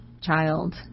child